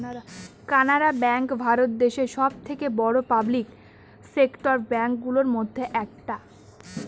Canara bank Bharat দেশে সব থেকে বড়ো পাবলিক সেক্টর ব্যাঙ্ক গুলোর মধ্যে একটা